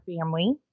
family